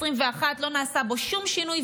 לא נעשה בו שום שינוי,